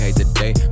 today